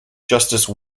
justice